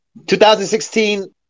2016